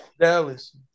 Dallas